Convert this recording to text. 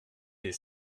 des